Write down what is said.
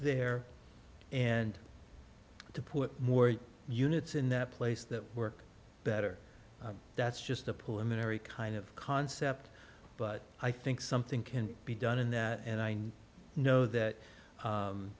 there and to put more units in that place that work better that's just to pull in every kind of concept but i think something can be done in that and i know that